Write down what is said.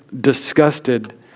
disgusted